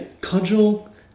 cudgel